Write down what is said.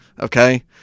Okay